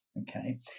Okay